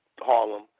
Harlem